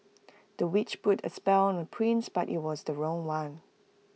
the witch put A spell on prince but IT was the wrong one